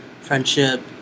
friendship